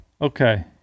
Okay